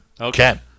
Okay